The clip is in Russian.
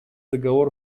договор